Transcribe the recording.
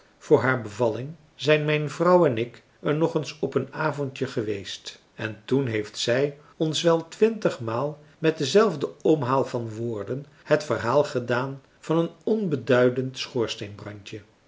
voor haar bevalling zijn mijn vrouw en ik er nog eens op een avondje marcellus emants een drietal novellen geweest en toen heeft zij ons wel twintigmaal met denzelfden omhaal van woorden het verhaal gedaan van een onbeduidend